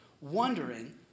wondering